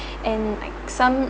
and like some